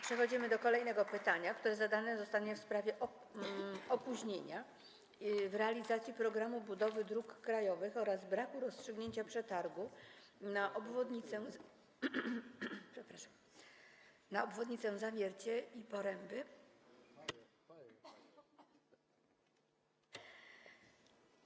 Przechodzimy do kolejnego pytania, które zadane zostanie w sprawie opóźnienia w realizacji programu budowy dróg krajowych oraz braku rozstrzygnięcia przetargu na obwodnicę Zawiercia i Poręby.